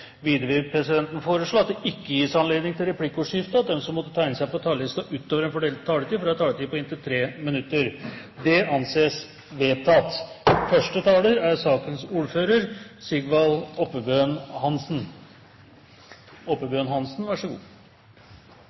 Videre vil presidenten foreslå at det ikke gis anledning til replikkordskifte, og at de som måtte tegne seg på talerlisten utover den fordelte taletid, får en taletid på inntil 3 minutter. – Det anses vedtatt. Da oppfatter presidenten at sakens ordfører,